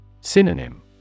Synonym